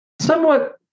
somewhat